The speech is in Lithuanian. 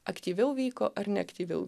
aktyviau vyko ar neaktyviau